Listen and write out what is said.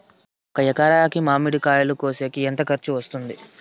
ఒక ఎకరాకి మామిడి కాయలు కోసేకి ఎంత ఖర్చు వస్తుంది?